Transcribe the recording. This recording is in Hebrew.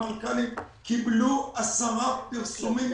המנכ"לים קיבלו עשרה פרסומים,